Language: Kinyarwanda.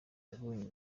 yabonye